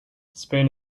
spain